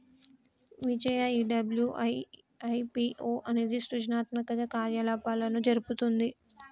విజయ ఈ డబ్ల్యు.ఐ.పి.ఓ అనేది సృజనాత్మక కార్యకలాపాలను జరుపుతుంది